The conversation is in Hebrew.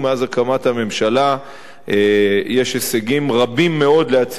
הממשלה יש הישגים רבים מאוד להציג לציבור.